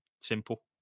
Simple